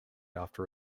after